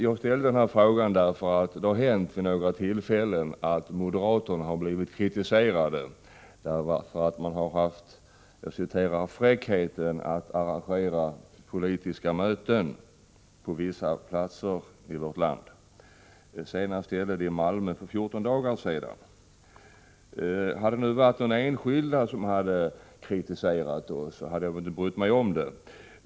Jag ställde denna fråga därför att det vid några tillfällen har hänt att moderaterna blivit kritiserade för att man har haft ”fräckheten” att arrangera politiska möten på vissa platser i vårt land. Senast gällde det ett möte i Malmö för 14 dagar sedan. Hade det nu varit några enskilda som kritiserat oss, så hade jag inte brytt mig om det.